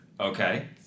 Okay